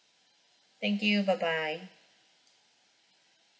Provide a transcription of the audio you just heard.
thank you bye bye